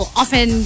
often